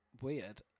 weird